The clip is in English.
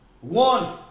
One